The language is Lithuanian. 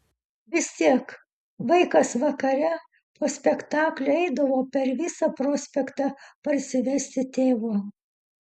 vis tiek vaikas vakare po spektaklio eidavau per visą prospektą parsivesti tėvo